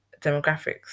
demographics